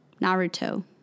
Naruto